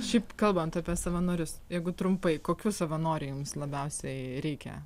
šiaip kalbant apie savanorius jeigu trumpai kokių savanorių jums labiausiai reikia